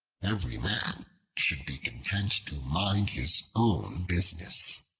every man should be content to mind his own business.